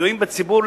כידועים בציבור,